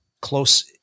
close